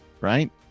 right